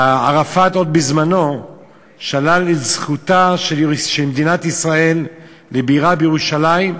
עוד ערפאת בזמנו שלל את זכותה של מדינת ישראל לבירה בירושלים,